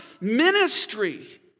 ministry